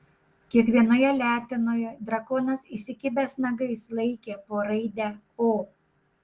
kiekvienoje letenoje drakonas įsikibęs nagais laikė po raidę o